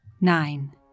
Nine